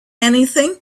anything